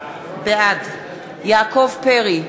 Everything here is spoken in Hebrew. בעד יעקב פרי,